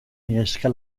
neska